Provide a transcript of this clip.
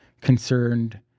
concerned